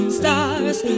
stars